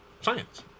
science